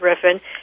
griffin